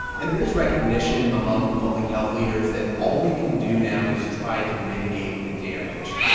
and there is recognition among public health leaders that all we can do now is try to mitigate the damage.